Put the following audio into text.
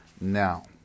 Now